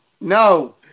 No